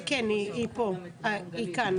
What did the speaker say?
כן, היא כאן.